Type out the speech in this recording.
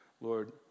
Lord